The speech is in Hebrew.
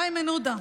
איימן עודה.